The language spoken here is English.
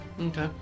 Okay